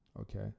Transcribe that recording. okay